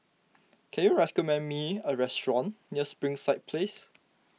can you res commend me a restaurant near Springside Place